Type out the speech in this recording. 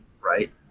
Right